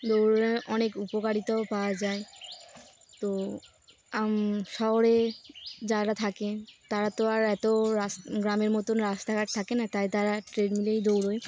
দৌড়লে অনেক উপকারিতাও পাওয়া যায় তো শহরে যারা থােন তারা তো আর এত রাস গ্রামের মতন রাস্তাঘাট থাকে না তাই তারা ট্রেন মিলেই দৌড়বে